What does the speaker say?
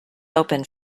open